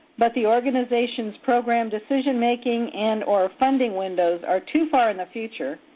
but the organization's program decision-making and or funding windows are too far in the future,